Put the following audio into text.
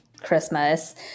Christmas